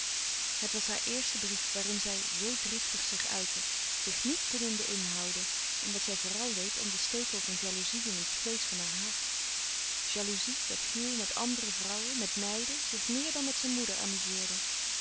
het was haar eerste brief waarin zij zoo driftig zich uitte zich niet kunnende inhouden omdat zij vooràl leed om den stekel van jaloezie in het vleesch van haar hart jaloezie dat hugh met andere vrouwen met meiden zich meer dan met zijn moeder amuzeerde